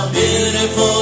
beautiful